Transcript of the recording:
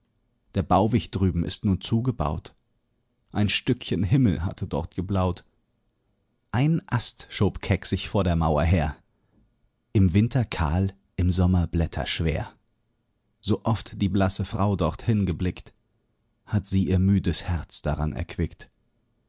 der bauwich drüben ist nun zugebaut ein stückchen himmel hatte dort geblaut ein ast schob keck sich vor der mauer her im winter kahl im sommer blätterschwer so oft die blasse frau dorthin geblickt hat sie ihr müdes herz daran erquickt